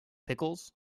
pickles